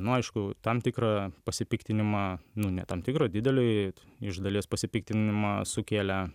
nu aišku tam tikrą pasipiktinimą nu ne tam tikrą didelį iš dalies pasipiktinimą sukėlė